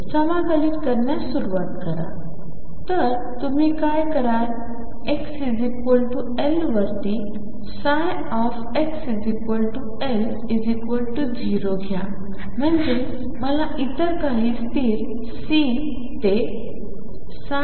समाकलित होण्यास सुरवात करा तर तुम्ही काय कराल x L वर xL0घ्या म्हणजे मला इतर काही स्थिर C ते आहे